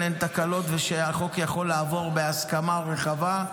אין תקלות ושהחוק יכול לעבור בהסכמה רחבה.